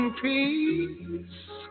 peace